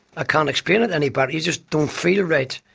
ah can't explain it any better, you just don't feel right.